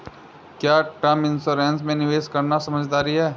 क्या term insurance में निवेश करना समझदारी है?